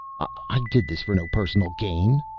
i did this for no personal gain,